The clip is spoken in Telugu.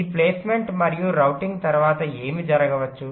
ఈ ప్లేస్మెంట్ మరియు రౌటింగ్ తర్వాత ఏమి జరగవచ్చు